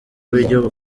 w’igihugu